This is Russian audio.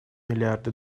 миллиарды